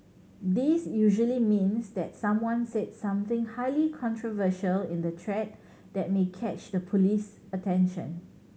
this usually means that someone said something highly controversial in the thread that may catch the police's attention